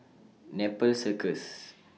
Nepal Circus